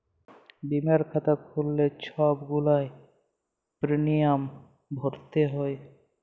বীমার খাতা খ্যুইল্লে ছব গুলা পিরমিয়াম ভ্যইরতে হ্যয়